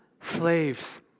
slaves